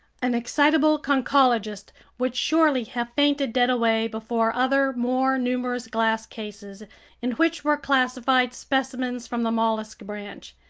an excitable conchologist would surely have fainted dead away before other, more numerous glass cases in which were classified specimens from the mollusk branch.